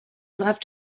left